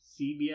CBS